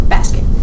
Basket